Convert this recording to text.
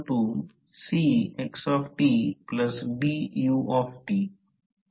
म्हणून जास्तीत जास्त कार्यक्षमतेसाठी या संख्येच्या निराकरणासाठी हे लक्षात ठेवले पाहिजे